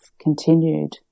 continued